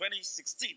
2016